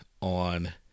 on